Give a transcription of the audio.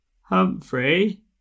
Humphrey